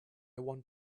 want